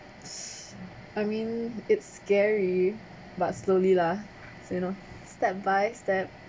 s~ I mean it's scary but slowly lah so you know step by step